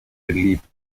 beliebt